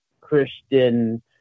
Christian